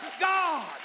God